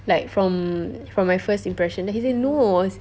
like from from my first impression then he say no